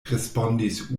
respondis